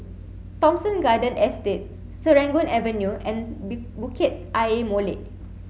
Thomson Garden Estate Serangoon Avenue and Bukit Ayer Molek